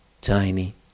tiny